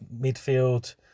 midfield